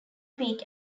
peak